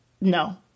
No